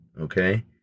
Okay